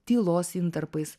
tylos intarpais